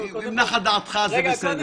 אם נחה דעתך, זה בסדר.